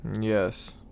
Yes